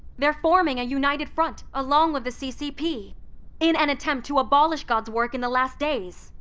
they're forming a united front along with the ccp in an attempt to abolish god's work in the last days.